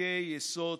חוקי-יסוד